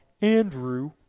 Andrew